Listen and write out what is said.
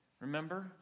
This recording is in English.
Remember